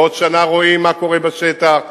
בעוד שנה רואים מה קורה בשטח,